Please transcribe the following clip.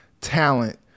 talent